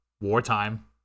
wartime